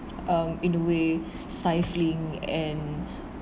um in a way stifling and